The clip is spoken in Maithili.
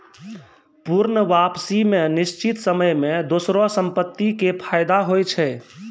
पूर्ण वापसी मे निश्चित समय मे दोसरो संपत्ति के फायदा होय छै